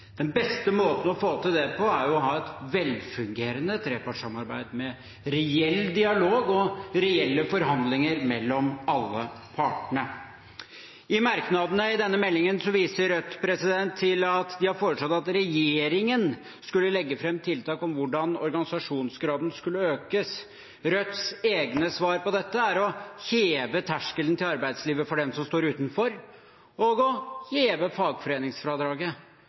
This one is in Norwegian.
Den beste måten å få til det på er å ha et velfungerende trepartssamarbeid med reell dialog og reelle forhandlinger mellom alle partene. I merknadene i innstillingen viser Rødt til at de har foreslått at regjeringen skal legge fram tiltak om hvordan organisasjonsgraden skal økes. Rødts egne svar på dette er å heve terskelen til arbeidslivet for dem som står utenfor, og å heve fagforeningsfradraget.